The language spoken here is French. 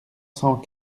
cent